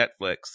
Netflix